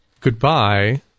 Goodbye